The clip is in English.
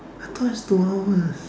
I thought it's two hours